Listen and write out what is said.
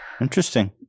Interesting